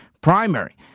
primary